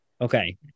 Okay